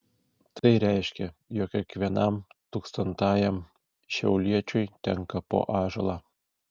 tai reiškė jog kiekvienam tūkstantajam šiauliečiui tenka po ąžuolą